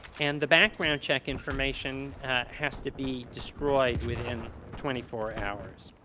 and the background check information has to be destroyed within twenty four hours.